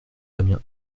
damien